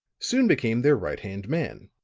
soon became their right hand man.